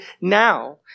now